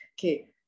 okay